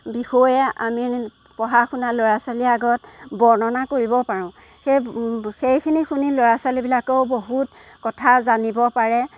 বিষয়ে আমি পঢ়া শুনা ল'ৰা ছোৱালী আগত বৰ্ণনা কৰিব পাৰোঁ সেই সেইখিনি শুনি ল'ৰা ছোৱালীবিলাকেও বহুত কথা জানিব পাৰে